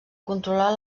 controlar